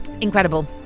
Incredible